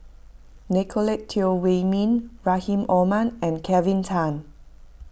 Nicolette Teo Wei Min Rahim Omar and Kelvin Tan